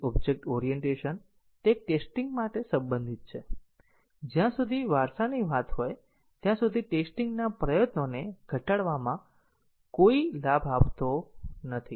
object orientation તે એક testing માટે સંબંધિત છે જ્યાં સુધી વારસાની વાત હોય ત્યાં સુધી ટેસ્ટીંગ ના પ્રયત્નોને ઘટાડવામાં કોઈ લાભ આપતો નથી